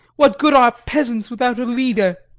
what good are peasants without a leader?